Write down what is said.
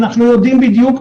אנחנו יודעים בדיוק,